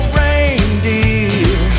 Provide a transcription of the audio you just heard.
reindeer